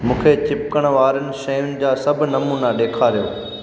मूंखे चिपकणि वारनि शयुनि जा सभु नमूना ॾेखारियो